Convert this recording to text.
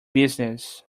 business